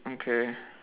okay